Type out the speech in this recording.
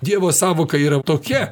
dievo sąvoka yra tokia